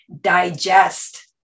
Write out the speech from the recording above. digest